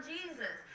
Jesus